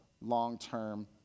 long-term